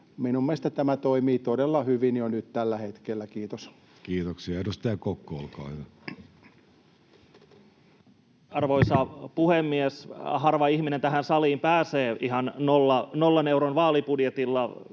Minun mielestäni tämä toimii todella hyvin nyt jo tällä hetkellä. — Kiitos. Kiitoksia. — Edustaja Kokko, olkaa hyvä. Arvoisa puhemies! Harva ihminen tähän saliin pääsee ihan nollan euron vaalibudjetilla.